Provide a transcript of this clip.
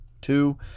Two